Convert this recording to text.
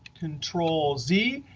control z.